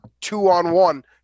two-on-one